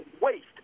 waste